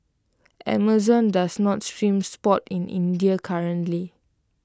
Amazon does not stream sports in India currently